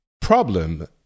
problem